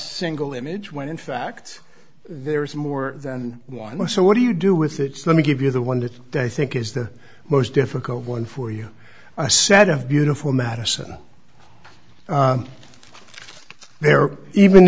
single image when in fact there is more than one so what do you do with it let me give you the one that i think is the most difficult one for you a set of beautiful madison there even